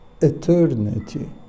eternity